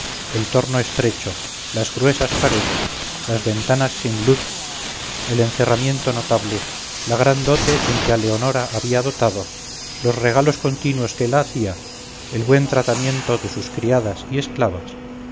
el torno estrecho las gruesas paredes las ventanas sin luz el encerramiento notable la gran dote en que a leonora había dotado los regalos continuos que la hacía el buen tratamiento de sus criadas y esclavas